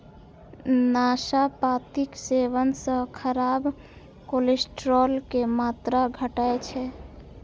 नाशपातीक सेवन सं खराब कोलेस्ट्रॉल के मात्रा घटै छै